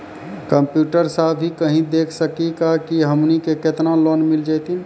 Computer सा भी कही देख सकी का की हमनी के केतना लोन मिल जैतिन?